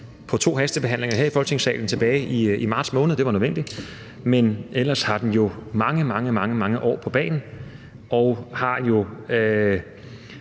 på to hastebehandlinger i Folketingssalen tilbage i marts måned. Det var nødvendigt, men ellers har den jo mange, mange år på bagen, og den har jo